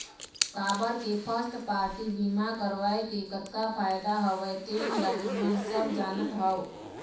काबर के first party बीमा करवाय के कतका फायदा हवय तेन ल तुमन सब जानत हव